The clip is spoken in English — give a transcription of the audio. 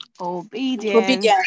Obedience